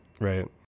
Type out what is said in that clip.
Right